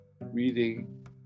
Reading